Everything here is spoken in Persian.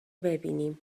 ببینیم